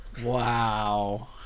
Wow